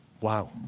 Wow